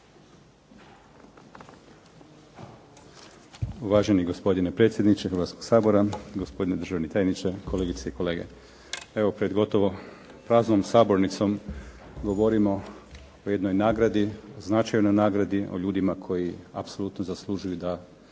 Uvaženi gospodine predsjedniče Hrvatskog sabora, gospodine državni tajniče, kolegice i kolege. Evo gotovo pred praznom Sabornicom govorimo o jednoj nagradi o ljudima koji apsolutno zaslužuju da